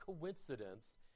coincidence